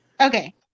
Okay